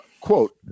Quote